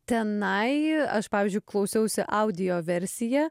tenai aš pavyzdžiui klausiausi audio versiją